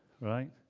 Right